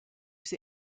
sie